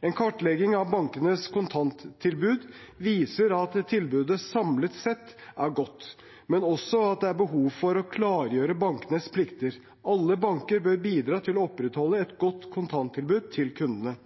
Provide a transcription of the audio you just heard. En kartlegging av bankenes kontanttilbud viser at tilbudet samlet sett er godt, men også at det er behov for å klargjøre bankenes plikter. Alle banker bør bidra til å opprettholde et godt kontanttilbud til kundene.